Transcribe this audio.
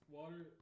water